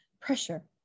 pressure